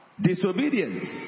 disobedience